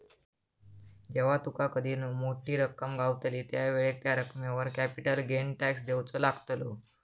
जेव्हा कधी तुका मोठी रक्कम गावतली त्यावेळेक त्या रकमेवर कॅपिटल गेन टॅक्स देवचो लागतलो